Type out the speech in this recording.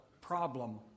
problem